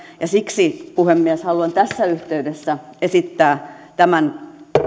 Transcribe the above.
ja siksi puhemies haluan tässä yhteydessä esittää tämän